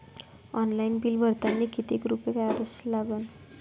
Online bill भरतानी कितीक रुपये चार्ज द्या लागन?